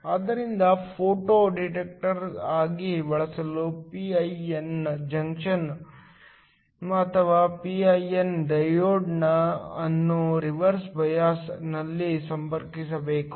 ಆದ್ದರಿಂದ photo detector ಆಗಿ ಬಳಸಲು p i n ಜಂಕ್ಷನ್ ಅಥವಾ p i n ಡಯೋಡ್ ಅನ್ನು ರಿವರ್ಸ್ ಬಯಾಸ್ ನಲ್ಲಿ ಸಂಪರ್ಕಿಸಬೇಕು